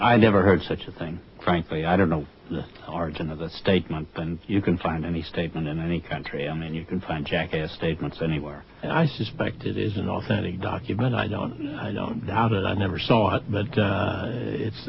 i never heard such a thing frankly i don't know arjen of the statement and you can find any statement in any country i mean you can find jackass statements anywhere and i suspect it is authentic document i don't i don't doubt it i never saw it but it's